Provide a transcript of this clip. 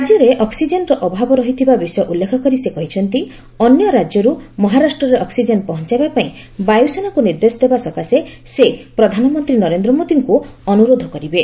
ରାଜ୍ୟରେ ଅକ୍ସିଜେନର ଅଭାବ ରହିଥିବା ବିଷୟ ଉଲ୍ଲେଖ କରି ସେ କହିଛନ୍ତି ଅନ୍ୟ ରାଜ୍ୟରୁ ମହାରାଷ୍ଟ୍ରରେ ଅକ୍ଟିଜେନ ପହଞ୍ଚାଇବା ପାଇଁ ବାୟୁସେନାକୁ ନିର୍ଦ୍ଦେଶ ଦେବା ସକାଶେ ସେ ପ୍ରଧାନମନ୍ତ୍ରୀ ନରେନ୍ଦ୍ର ମୋଦୀଙ୍କୁ ଅନୁରୋଧ କରିବେ